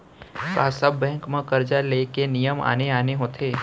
का सब बैंक म करजा ले के नियम आने आने होथे?